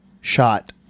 shot